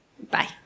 Bye